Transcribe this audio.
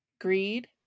greed